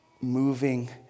Moving